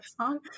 song